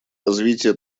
развитие